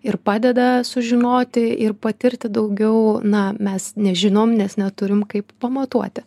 ir padeda sužinoti ir patirti daugiau na mes nežinom nes neturim kaip pamatuoti